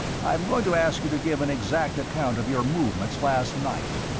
i am going to ask you to give an exact account of your movements last night.